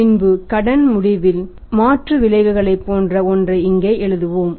பின்பு கடன் முடிவின் மாற்று விளைவுகளைப் போன்ற ஒன்றை இங்கே எழுதுவோம்